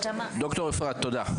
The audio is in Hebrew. ד"ר אפרת תודה.